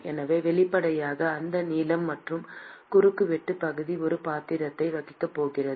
எனவே வெளிப்படையாக அந்த நீளம் மற்றும் குறுக்கு வெட்டு பகுதி ஒரு பாத்திரத்தை வகிக்கப் போகிறது